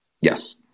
Yes